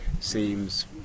seems